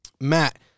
Matt